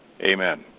Amen